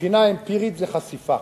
מבחינה אמפירית, זה חשיפה.